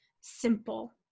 simple